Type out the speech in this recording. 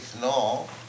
no